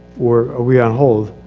or are we on hold?